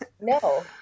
No